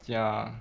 ya